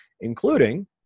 including